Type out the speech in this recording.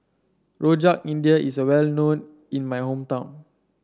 Rojak India is well known in my hometown